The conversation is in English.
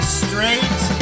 straight